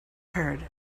herd